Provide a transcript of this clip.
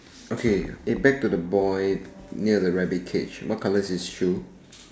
okay it back the boy near the rabbit cage what colour his shoe